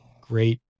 great